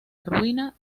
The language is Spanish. ruina